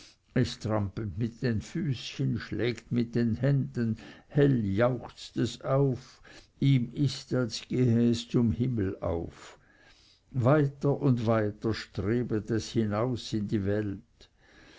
es trampelt mit den füßchen schlägt mit den händen hell jauchzt es auf ihm ist als gehe es zum himmel auf weiter und weiter strebet es hinaus in die welt